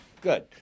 Good